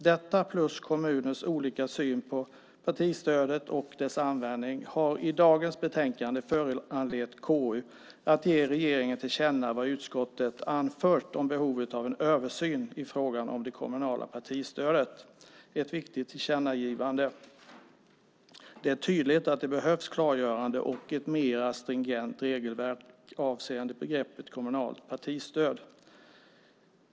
Detta plus kommuners olika syn på partistödet och dess användning har i dagens betänkande föranlett KU att ge regeringen till känna vad utskottet anfört om behovet av en översyn i fråga om det kommunala partistödet. Det är ett viktigt tillkännagivande. Det är tydligt att det behövs ett klargörande och ett mer stringent regelverk avseende begreppet kommunalt partistöd.